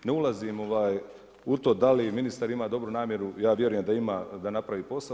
Ne ulazim u to da li ministar ima dobru namjeru, ja vjerujem da ima, da napravi posao.